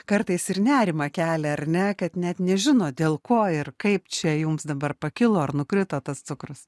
kartais ir nerimą kelia ar ne kad net nežino dėl ko ir kaip čia jums dabar pakilo ar nukrito tas cukrus